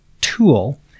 tool